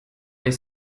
les